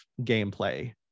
gameplay